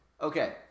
Okay